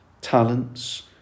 talents